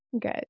good